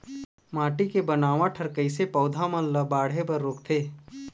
माटी के बनावट हर कइसे पौधा बन ला बाढ़े बर रोकथे?